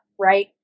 Right